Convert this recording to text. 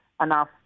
enough